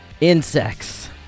Insects